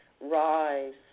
Rise